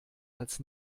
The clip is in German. als